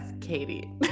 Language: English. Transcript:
Katie